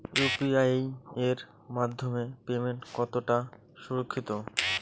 UPI এর মাধ্যমে payment কতটা সুরক্ষিত?